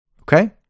Okay